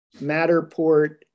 Matterport